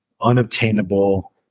unobtainable